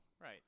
right